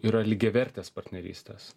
yra lygiavertės partnerystės